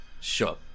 Sure